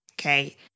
okay